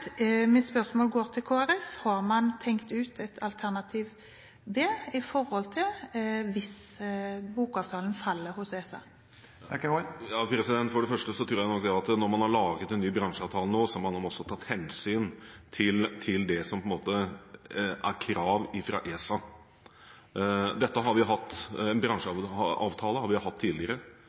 mitt spørsmål til Kristelig Folkeparti er: Har man tenkt ut et alternativ B hvis bokavtalen faller hos ESA? For det første tror jeg nok at når man har laget en ny bransjeavtale nå, har man også tatt hensyn til det som er krav fra ESA. Bransjeavtale har vi hatt tidligere. Det er inngått en